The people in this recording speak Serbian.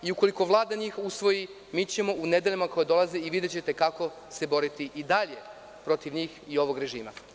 Ukoliko Vlada njih usvoji, mi ćemo u nedeljama koje dolaze, videćete kako, se boriti protiv njih i ovog režima.